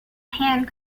hand